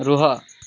ରୁହ